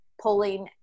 pulling